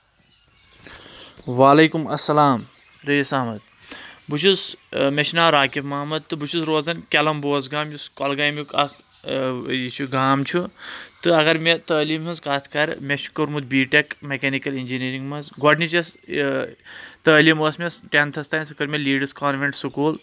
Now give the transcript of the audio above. وعلیکُم السلام رٔیٖس احمد بہٕ چھُس مےٚ چھُ ناو راقب محمد تہٕ بہٕ چھُس روزان کیلم بوسگام یُس کۄلگامیُک اکھ یہِ چھُ گام چھُ تہٕ اگر مےٚ تعلیٖم ہٕنٛز کتھ کرٕ مےٚ چھُ کوٚرمُت بی ٹیٚک میکینِکل اِنجیٖنَرگ منٛز گۄڈٕنِچ یۄس تعلیٖم ٲس مےٚ ٹینتھس تانۍ سۄ کٔر مےٚ لیٖڈس کانویٚنٹ سکوٗل